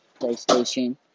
PlayStation